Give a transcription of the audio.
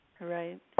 Right